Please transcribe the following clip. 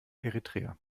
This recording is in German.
eritrea